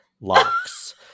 locks